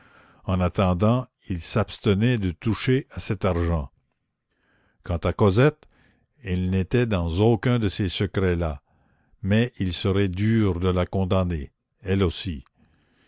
en attendant il s'abstenait de toucher à cet argent quant à cosette elle n'était dans aucun de ces secrets là mais il serait dur de la condamner elle aussi